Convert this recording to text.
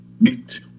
meet